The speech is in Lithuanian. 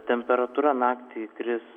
temperatūra naktį kris